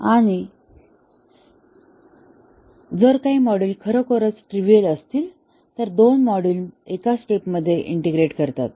आणि जर काही मॉड्यूल खरोखरच ट्रीव्हिल असतील तर दोन मॉड्यूल एका स्टेपमध्ये इंटिग्रेट करतात